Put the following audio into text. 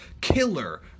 Killer